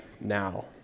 now